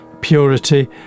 purity